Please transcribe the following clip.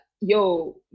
yo